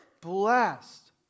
blessed